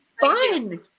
fun